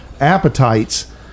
appetites